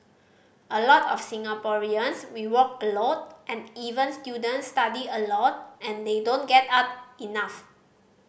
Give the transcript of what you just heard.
a lot of Singaporeans we work a lot and even students study a lot and they don't get up enough